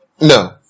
No